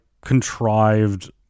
contrived